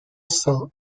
sain